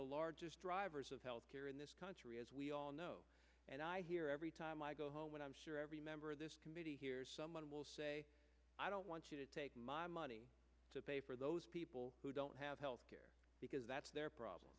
the largest drivers of health care in this country as we all know and i hear every time i go home and i'm sure every member of this committee hears someone will say i don't want to take my money to pay for those people who don't have health care because that's their problem